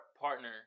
partner